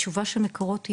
התשובה של מקורות היא,